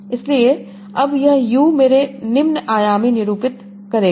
इसलिए अब यह U मेरे निम्न आयामी निरूपित करेगा